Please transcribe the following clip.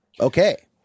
Okay